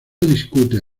discute